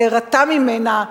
להירתע ממנה,